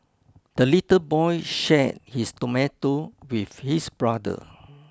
the little boy shared his tomato with his brother